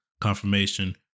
confirmation